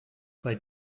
bei